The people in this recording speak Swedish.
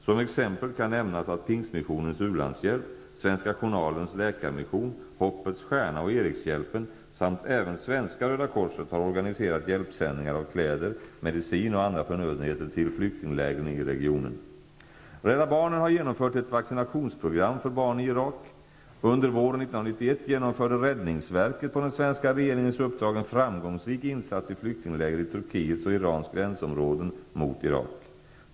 Som exempel kan nämnas att Pingstmissionens u-landshjälp, Svenska Erikshjälpen, samt även Svenska röda korset har organiserat hjälpsändningar av kläder, medicin och andra förnödenheter till flyktinglägren i regionen. Rädda barnen har genomfört ett vaccinationsprogram för barn i Irak. Under våren 1991 genomförde Räddningsverket, på den svenska regeringens uppdrag, en framgångsrik insats i flyktingläger i Turkiets och Irans gränsområden mot Irak.